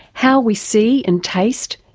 how we see and taste,